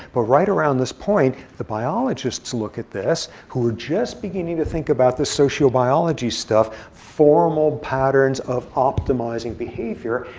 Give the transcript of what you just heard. but right around this point, the biologists look at this, who are just beginning to think about the social biology stuff. formal patterns of optimizing behavior.